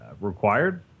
required